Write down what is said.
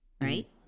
right